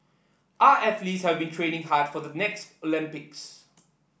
our athletes have been training hard for the next Olympics